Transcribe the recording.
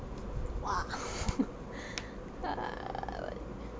!wah! err